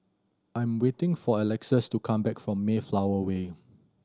I'm waiting for Alexus to come back from Mayflower Way